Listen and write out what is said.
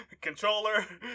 controller